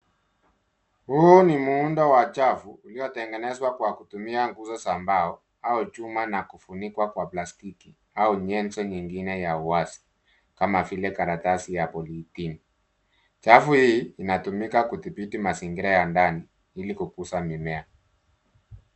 Huu ni muundo wa chafu uliotengenezwa kwa kutumia nguzo za mbao au chuma, na kufunikwa kwa plastiki au nyenzo nyingine ya uwazi, kama vile, karatasi ya polithini. Chafu hii inatumika kudhibiti mazingira ya ndani ili kukuza mimea.